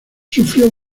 sufrió